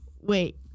Wait